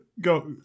Go